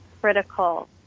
critical